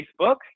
Facebook